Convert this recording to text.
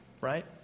right